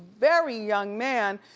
very young man,